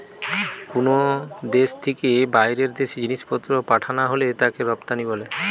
কুনো দেশ থিকে বাইরের দেশে জিনিসপত্র পাঠানা হলে তাকে রপ্তানি বলে